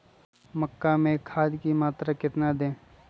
मक्का में खाद की मात्रा कितना दे?